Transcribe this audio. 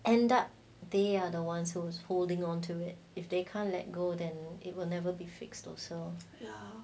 eng up they are the ones who is holding on to it if they can't let go then it will never be fixed also